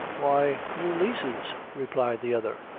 why, new leases, replied the other,